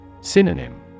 Synonym